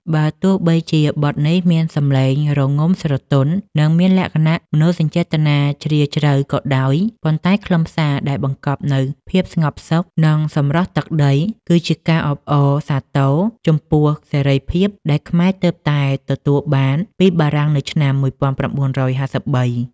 បើទោះបីជាបទនេះមានសំនៀងរងំស្រទន់ និងមានលក្ខណៈមនោសញ្ចេតនាជ្រាលជ្រៅក៏ដោយ ប៉ុន្តែខ្លឹមសារដែលបង្កប់នូវភាពស្ងប់សុខ និងសម្រស់ទឹកដី គឺជាការអបអរសាទរចំពោះសេរីភាពដែលខ្មែរទើបតែទទួលបានពីបារាំងនៅឆ្នាំ ១៩៥៣។